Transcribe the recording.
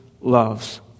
loves